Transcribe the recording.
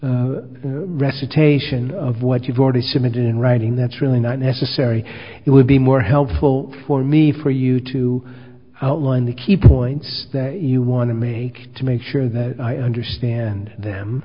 recitation of what you've already submitted in writing that's really not necessary it would be more helpful for me for you to outline the key points that you want to make to make sure that i understand them